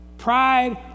pride